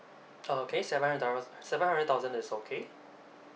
okay seven hundred dollars seven hundred thousand is okay